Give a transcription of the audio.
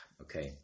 okay